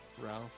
Ralph